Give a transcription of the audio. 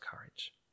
courage